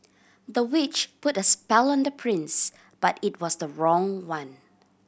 the witch put a spell on the prince but it was the wrong one